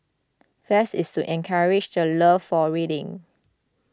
fest is to encourage the love for reading